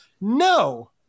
No